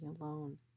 alone